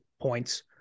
points